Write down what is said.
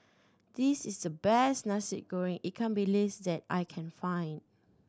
this is the best Nasi Goreng ikan bilis that I can find